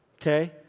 Okay